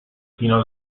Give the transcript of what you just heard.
fino